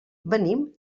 venim